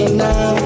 now